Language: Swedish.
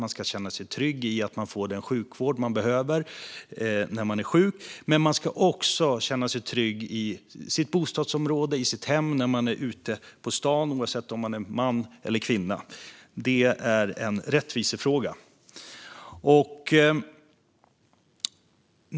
Man ska känna sig trygg med att man får den sjukvård man behöver när man är sjuk. Men man ska också känna sig trygg i sitt bostadsområde, i sitt hem och när man är ute på stan, oavsett om man är man eller kvinna. Det är en rättvisefråga.